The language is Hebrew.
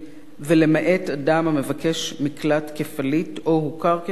"ולמעט אדם המבקש מקלט כפליט או הוכר כפליט